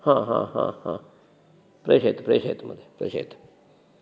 प्रेषयतु प्रेषयतु महोदय प्रेषयतु